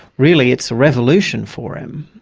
really it's a revolution for him.